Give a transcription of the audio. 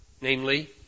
namely